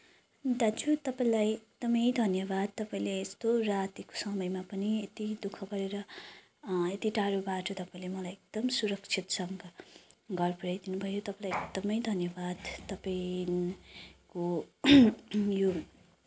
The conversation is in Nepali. दाजु तपाईँलाई एकदमै धन्यवाद तपाईँले यस्तो रातिको समयमा पनि यति दुःख गरेर यति टाढो बाटो तपाईँले मलाई एकदम सुरक्षितसँग घर पुऱ्याइदिनुभयो तपाईँलाई एकदमै धन्यवाद तपाईँको यो